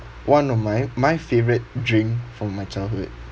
one of my my favorite drink from my childhood